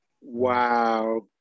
Wow